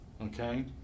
Okay